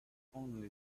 only